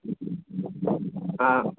આ